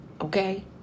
okay